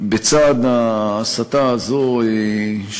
שבצד ההסתה הזאת,